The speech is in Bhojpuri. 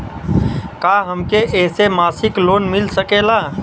का हमके ऐसे मासिक लोन मिल सकेला?